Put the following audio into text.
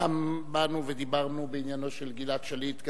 וגם באנו ודיברנו בעניינו של גלעד שליט.